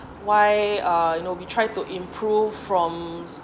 why are you know we try to improve from